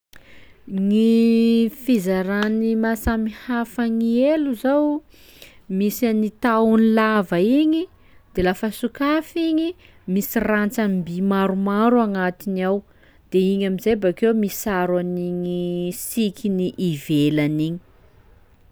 Gny fizarany mahasamihafa gny elo zao: misy an'ny tahony lava igny de lafa sokafa igny, misy rantsam-by maromaro agnatiny ao de igny am'izay bakeo misaro an'igny sikiny ivelany iny.